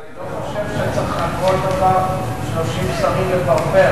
אבל אני לא חושב שצריך על כל דבר 30 שרים לברבר.